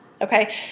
Okay